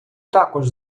також